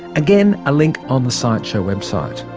again, a link on the science show website